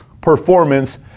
performance